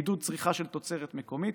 לעידוד צריכה של תוצרת מקומית